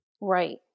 Right